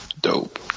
dope